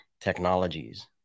technologies